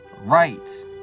Right